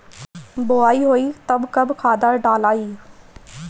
बोआई होई तब कब खादार डालाई?